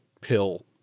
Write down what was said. pill